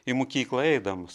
į mokyklą eidamas